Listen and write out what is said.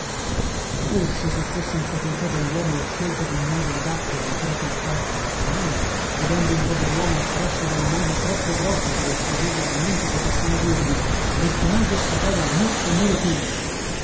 forse se fosse in facoltà delluomo la scelta dun naso adatto alla propria faccia o se noi vedendo un poveruomo oppresso da un naso troppo grosso per il suo viso smunto potessimo dirgli questo naso sta bene a me e me lo piglio